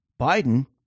Biden